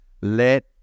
Let